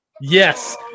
Yes